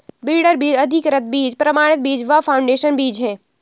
breeder बीज, अधिकृत बीज, प्रमाणित बीज व फाउंडेशन बीज है